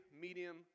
medium